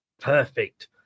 Perfect